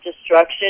destruction